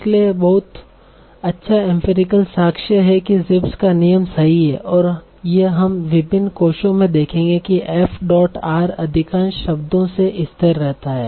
इसलिए यह बहुत अच्छा एम्फिरिकल साक्ष्य है कि Zipf's का नियम सही है और यह हम विभिन्न कोषों में देखेंगे कि f dot r अधिकांश शब्दों से स्थिर रहता है